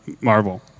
Marvel